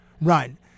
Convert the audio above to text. run